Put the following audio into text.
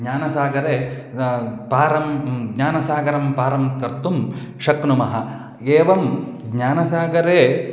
ज्ञानसागरे पारं ज्ञानसागरं पारं कर्तुं शक्नुमः एवं ज्ञानसागरे